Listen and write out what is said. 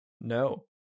No